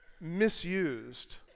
misused